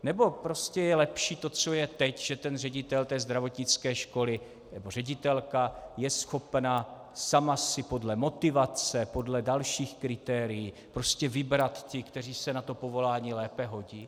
Nebo prostě je lepší to, co je teď, že ředitel té zdravotnické školy nebo ředitelka je schopna sama si podle motivace, podle dalších kritérií prostě vybrat ty, kteří se na to povolání lépe hodí?